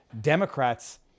Democrats